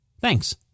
Thanks